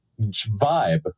vibe